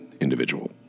individual